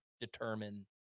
determine